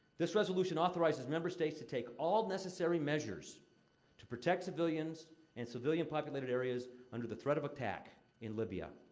this resolution authorizes member states to take all necessary measures to protect civilians and civilian-populated areas under the threat of attack in libya,